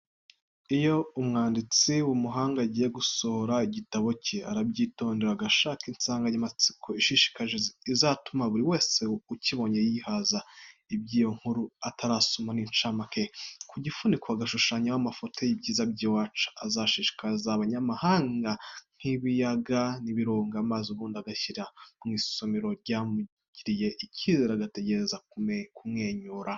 Iyo umwanditsi w'umuhanga agiye gusohora igitabo cye arabyitondera, agashaka insanganyamatsiko ishishikaje, izatuma buri wese ukibonye yibaza iby'iyo nkuru atarasoma n'inshamake, ku gifuniko agashushanyaho amafoto y'ibyiza by'iwacu azashishikaza n'abanyamahanga nk'ibiyaga n'ibirunga, maze ubundi akagishyira mu isomero ryamugiriye icyizere, agategereza kumwenyura.